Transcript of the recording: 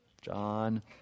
John